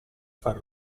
far